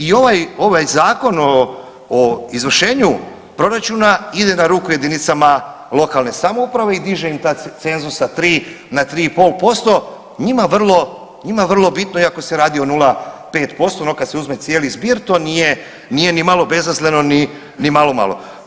I ovaj Zakon o izvršenju proračuna ide na ruku jedinicama lokalne samouprave i diže im cenzus sa 3 na 3,5%, njima vrlo bitno iako se radi o 0,5% ono kad se uzme cijeli zbir to nije nimalo bezazleno ni malo malo.